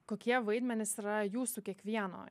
kokie vaidmenys yra jūsų kiekvieno